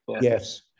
Yes